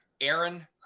Aaron